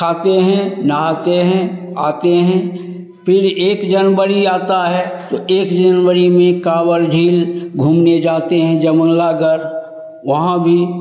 खाते हैं नहाते हैं आते हैं फिर एक जनबरी आता है तो एक जनबरी में कांवर झील घूमने जाते हैं जयमंगलागढ़ वहाँ भी